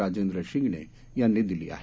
राजेंद्र शिंगणे यांनी दिली आहे